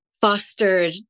fostered